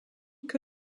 que